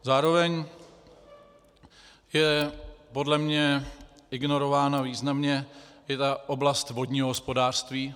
Zároveň je podle mě ignorována významně i oblast vodního hospodářství.